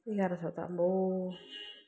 एघार सौ त आम्बो